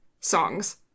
songs